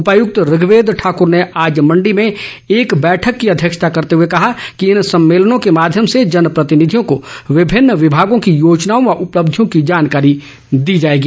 उपायुक्त ऋगवेद ठाकुर ने आज मंडी में एक बैठक की अध्यक्षता करते हुए कहा कि इन सम्मेलनों के माध्यम से जॅन प्रतिनिधियों केो विभिन्न विभागों की योजनाओं व उपलब्धियों को जानकारी दी जाएगी